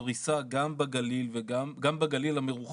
פריסה גם בגליל המרוחק,